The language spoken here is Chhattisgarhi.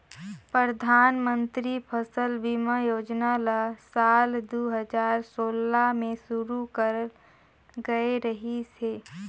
परधानमंतरी फसल बीमा योजना ल साल दू हजार सोला में शुरू करल गये रहीस हे